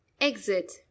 Exit